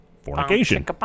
Fornication